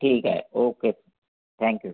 ठीक आहे okay thank you